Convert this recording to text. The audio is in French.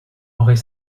aurait